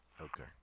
Okay